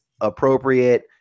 appropriate